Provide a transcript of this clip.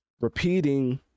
repeating